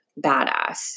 badass